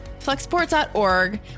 Flexport.org